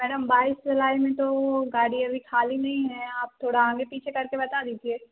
madam बाईस जुलाई में तो गाड़ी अभी ख़ाली नहीं है आप थोड़ा आगे पीछे करके बता दीजिए